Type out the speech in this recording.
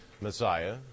messiah